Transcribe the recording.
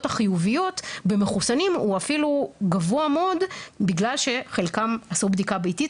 החיוביות במחוסנים הוא אפילו גבוה מאוד בגלל שחלקם עשו בדיקה ביתית